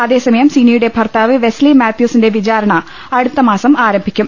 അതേസമയം സിനിയുടെ ഭർത്താവ് വെസ്ലി മാത്യൂസിന്റെ വിചാരണ അടുത്തമാസം ആരംഭിക്കും